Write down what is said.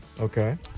Okay